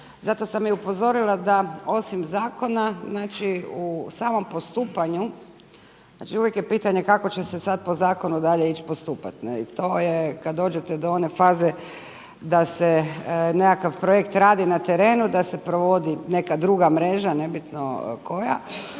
Zato sam i upozorila da osim zakona znači u samom postupanju, znači uvijek je pitanje kako će se sad po zakonu dalje ići postupati. I to je kad dođete do one faze da se nekakav projekt radi na terenu, da se provodi neka druga mreža nebitno koja.